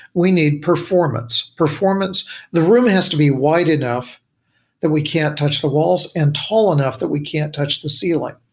we need performance. the room has to be wide enough that we can't touch the walls and tall enough that we can't touch the ceiling.